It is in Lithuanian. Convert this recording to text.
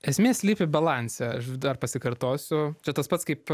esmė slypi balanse aš dar pasikartosiu čia tas pats kaip